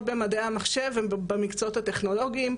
במדעי המחשב ובמקצועות הטכנולוגיים,